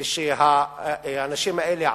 ותאמינו לי,